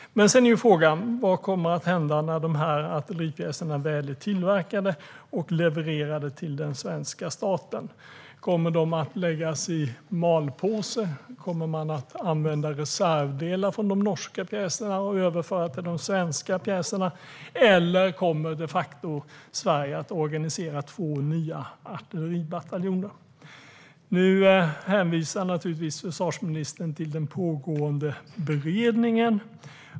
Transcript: Sedan är frågan: Vad kommer att hända när dessa artilleripjäser väl är tillverkade och levererade till den svenska staten? Kommer de att läggas i malpåse? Kommer man att använda reservdelar från de norska pjäserna och överföra dem till de svenska pjäserna? Eller kommer Sverige att organisera två nya artilleribataljoner? Nu hänvisar naturligtvis försvarsministern till den pågående beredningen.